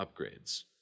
upgrades